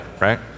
right